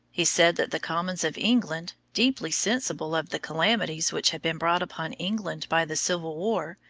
he said that the commons of england, deeply sensible of the calamities which had been brought upon england by the civil war,